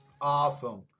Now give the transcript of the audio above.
Awesome